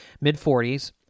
mid-40s